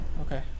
okay